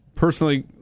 Personally